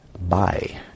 Bye